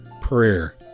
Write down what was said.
prayer